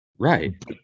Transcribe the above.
Right